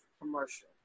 commercial